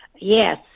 Yes